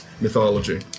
mythology